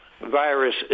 virus